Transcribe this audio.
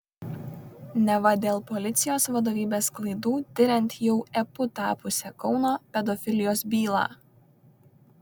neva dėl policijos vadovybės klaidų tiriant jau epu tapusią kauno pedofilijos bylą